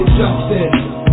justice